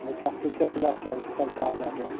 अरे कस चीज़ का किलास चल चलता है ज़्यादा